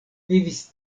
vivis